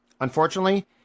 unfortunately